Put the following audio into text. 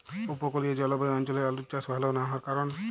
উপকূলীয় জলবায়ু অঞ্চলে আলুর চাষ ভাল না হওয়ার কারণ?